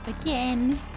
again